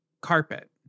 Carpet